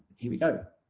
here we go.